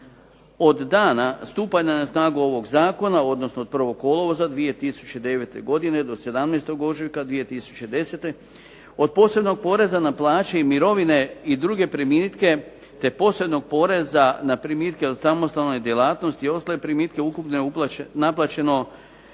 Od dana stupanjem na snagu ovog zakona, odnosno od 1. kolovoza 2009. godine do 17. ožujka 2010. od posebnog poreza na plaće i mirovine i druge primitke, te posebnog poreza od samostalne djelatnosti i ostale primitke, ukupno je naplaćeno